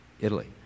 Italy